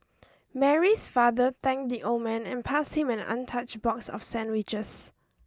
Mary's father thanked the old man and passed him an untouched box of sandwiches